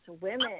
women